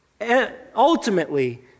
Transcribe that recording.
ultimately